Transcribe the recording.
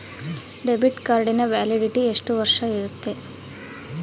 Debit ಕಾರ್ಡಿನ validity ಎಷ್ಟು ವರ್ಷ ಇರುತ್ತೆ?